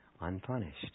unpunished